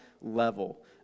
level